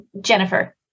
Jennifer